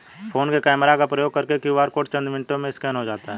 phone के camera का प्रयोग करके क्यू.आर कोड चंद मिनटों में स्कैन हो जाता है